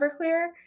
Everclear